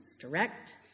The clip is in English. direct